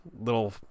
little